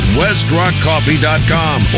westrockcoffee.com